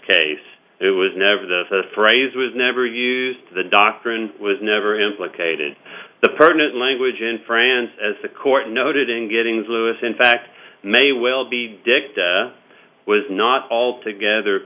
case it was never the phrase was never used the doctrine was never implicated the partners language in france as the court noted in getting zulu is in fact may well be dicked was not altogether